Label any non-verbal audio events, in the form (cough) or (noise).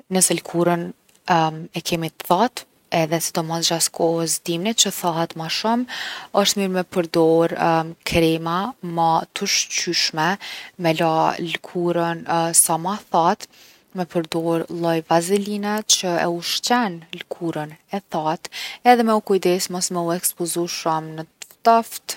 Nëse lkurën (hesitation) e kemi t’thatë edhe sidomos gjat’ kohës t’dimnit që thahet ma shumë osht mirë me përdor krema ma t’ushqyshme, me la lkurën sa ma thatë. Me përdor lloj vazeline që e ushqen lkurën e thatë. Edhe me u kujdes mos me u ekspozu shumë në t’ftoft.